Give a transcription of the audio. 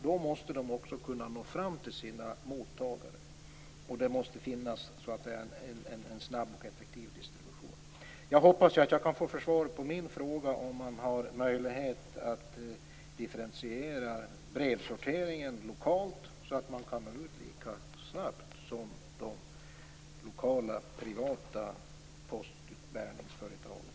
Då måste de också kunna nå fram till sina mottagare, och det måste finnas en snabb och effektiv distribution. Jag hoppas att jag kan få svar på min fråga om man har möjlighet att differentiera brevsorteringen lokalt, så att man kan nå ut lika snabbt som de lokala privata postutbärningsföretagen.